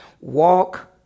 walk